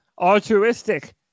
altruistic